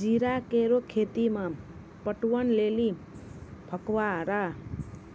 जीरा केरो खेती म पटवन लेलि फव्वारा